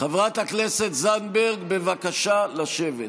חברת הכנסת זנדברג, בבקשה לשבת.